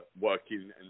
working